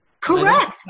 Correct